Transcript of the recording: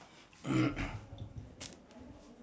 uh then we go out okay ah